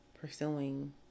pursuing